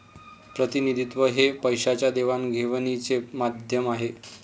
प्रतिनिधित्व हे पैशाच्या देवाणघेवाणीचे माध्यम आहे